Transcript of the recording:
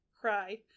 cry